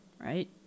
right